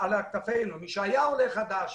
מי שפעם היה עולה חדש,